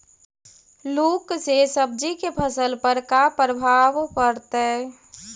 लुक से सब्जी के फसल पर का परभाव पड़तै?